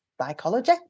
psychology